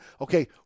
okay